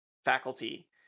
Faculty